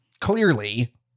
clearly